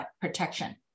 protection